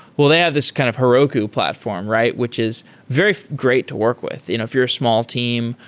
well, they have this kind of heroku platform, right? which is very great to work with. if you're a small team,